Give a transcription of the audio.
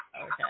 Okay